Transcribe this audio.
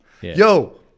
Yo